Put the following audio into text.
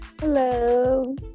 Hello